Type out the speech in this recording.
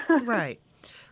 Right